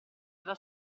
sarà